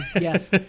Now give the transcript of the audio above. yes